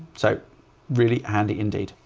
so really handy indeed.